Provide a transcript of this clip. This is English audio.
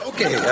Okay